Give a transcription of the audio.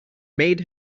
made